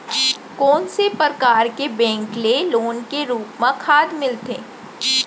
कोन से परकार के बैंक ले लोन के रूप मा खाद मिलथे?